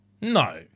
No